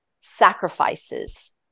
sacrifices